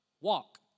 walk